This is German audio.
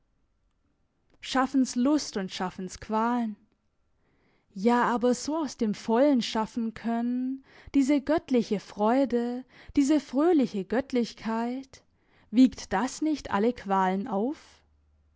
schaffenslust und schaffensqualen ja aber so aus dem vollen schaffen können diese göttliche freude diese fröhliche göttlichkeit wiegt das nicht alle qualen auf